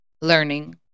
learning